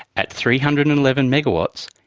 at three hundred and eleven megawatts,